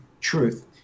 Truth